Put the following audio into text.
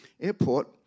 Airport